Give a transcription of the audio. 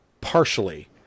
Partially